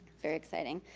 very exciting.